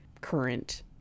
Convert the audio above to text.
current